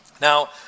Now